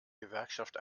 gewerkschaft